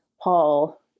Paul